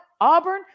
Auburn